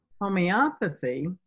homeopathy